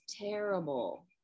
terrible